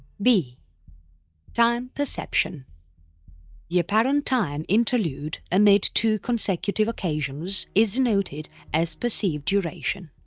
b time perception the apparent time interlude amid two consecutive occasions is denoted as perceived duration.